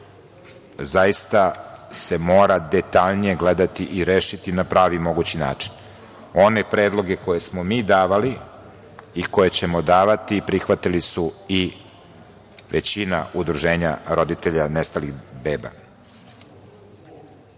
zaista se mora detaljnije gledati i rešiti na pravi mogući način. One predloge koje smo mi davali i koje ćemo davati prihvatila je i većina udruženja roditelja nestalih beba. Ovim